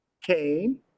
Cain